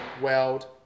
weld